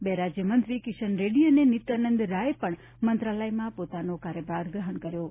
બે રાજ્યમંત્રી કિશન રેડ્ડી અને નિત્યાનંદ રાયએ પણ મંત્રાલયમાં પોતાનો કાર્યભાર ગ્રહણ કર્યો છે